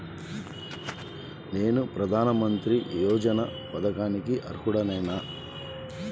నేను ప్రధాని మంత్రి యోజన పథకానికి అర్హుడ నేన?